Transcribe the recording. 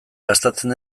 gastatzen